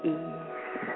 ease